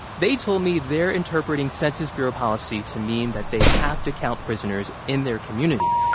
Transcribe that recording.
they told me they're interpreting census bureau policy to mean that they have to count prisoners in their community.